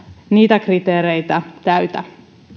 niitä kriteereitä täytä